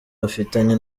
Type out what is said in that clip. bafitanye